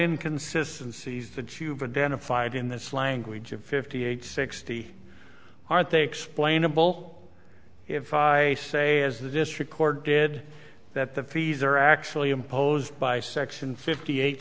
in consistencies the two but then a five in this language of fifty eight sixty aren't they explainable if i say as the district court did that the fees are actually imposed by section fifty eight